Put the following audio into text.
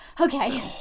Okay